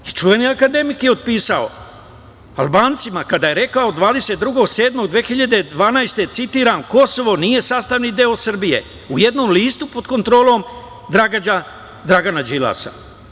I čuveni akademik je otpisao Albancima, kada je rekao 22.7.2012. godine, citiram: „Kosovo nije sastavni deo Srbije“ u jednom listu pod kontrolom Dragana Đilasa.